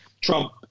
Trump